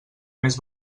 més